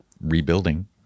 rebuilding